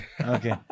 Okay